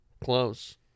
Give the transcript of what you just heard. Close